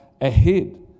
ahead